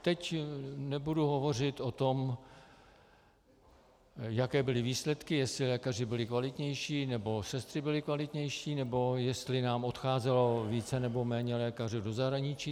Teď nebudu hovořit o tom, jaké byly výsledky, jestli lékaři byli kvalitnější nebo sestry byly kvalitnější nebo jestli nám odcházelo více nebo méně lékařů do zahraničí.